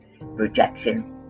rejection